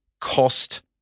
cost